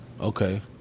Okay